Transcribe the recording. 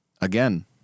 again